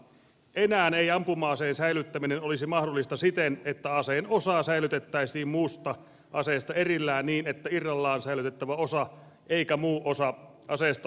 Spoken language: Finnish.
enää ei ampuma aseen säilyttäminen olisi mahdollista siten että aseen osaa säilytettäisiin muusta aseesta erillään niin ettei irrallaan säilytettävä osa eikä muu osa aseesta olisi lukittu